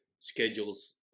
schedules